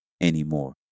anymore